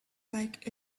like